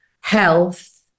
health